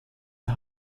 der